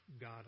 God